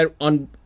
on